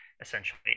essentially